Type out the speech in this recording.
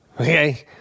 Okay